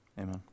Amen